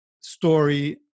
story